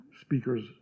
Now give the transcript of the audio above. speakers